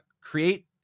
create